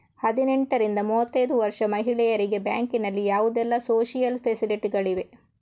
ಹದಿನೆಂಟರಿಂದ ಮೂವತ್ತೈದು ವರ್ಷ ಮಹಿಳೆಯರಿಗೆ ಬ್ಯಾಂಕಿನಲ್ಲಿ ಯಾವುದೆಲ್ಲ ಸೋಶಿಯಲ್ ಫೆಸಿಲಿಟಿ ಗಳಿವೆ?